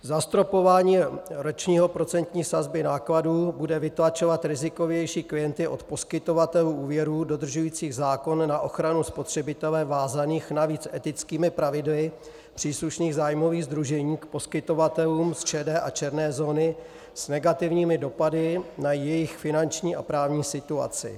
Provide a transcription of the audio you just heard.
Zastropování roční procentní sazby nákladů bude vytlačovat rizikovější klienty od poskytovatelů úvěrů dodržujících zákon na ochranu spotřebitele, vázaných navíc etickými pravidly příslušných zájmových sdružení, k poskytovatelům šedé a černé zóny s negativními dopady na jejich finanční a právní situaci.